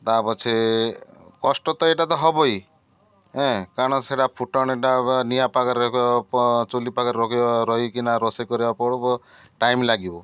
ତା ପଛେ କଷ୍ଟ ତ ଏଇଟା ତ ହବ ଇ ଏଁ କାରଣ ସେଇଟା ଫୁଟଣଟା ନିଆଁ ପାଖରେ ରହିବ ଚୁଲି ପାଖରେ ରଖ ରହିକିନା ରୋଷେଇ କରିବାକୁ ପଡ଼ିବ ଟାଇମ୍ ଲାଗିବ